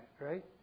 Right